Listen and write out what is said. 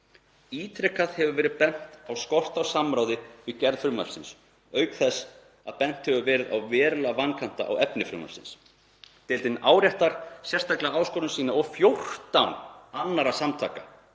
Ítrekað hefur verið bent á skort á samráði við gerð frumvarpsins auk þess að bent hefur verið á verulega vankanta á efni frumvarpsins. Deildin áréttar sérstaklega áskorun sína og 14 annarra samtaka